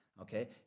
okay